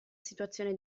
situazione